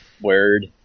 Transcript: word